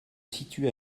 situe